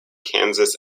kansas